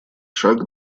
шаг